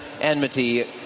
enmity